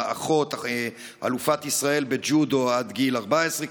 האחות אלופת ישראל בג'ודו עד גיל 14,